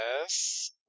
Yes